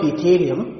Ethereum